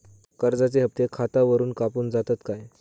कर्जाचे हप्ते खातावरून कापून जातत काय?